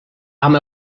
amb